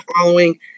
following